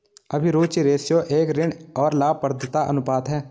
अभिरुचि रेश्यो एक ऋण और लाभप्रदता अनुपात है